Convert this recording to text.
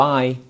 Bye